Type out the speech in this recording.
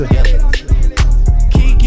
Kiki